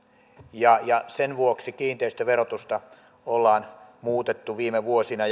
ja ja sen vuoksi kiinteistöverotusta ollaan muutettu viime vuosina